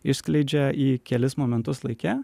išskleidžia į kelis momentus laike